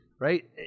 right